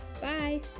Bye